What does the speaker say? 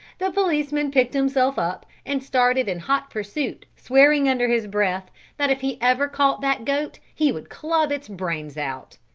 the policeman picked himself up and started in hot pursuit, swearing under his breath that if he ever caught that goat he would club its brains out.